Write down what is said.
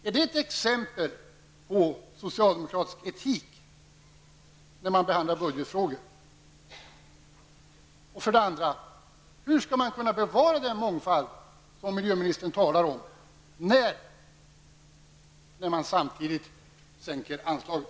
Är det ett exempel på socialdemokratisk etik när man behandlar budgetfrågor? Hur skall man kunna bevara den mångfald som miljöministern talar om, när man samtidigt sänker anslaget?